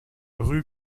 rue